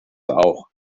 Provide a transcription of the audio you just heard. auch